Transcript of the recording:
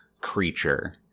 creature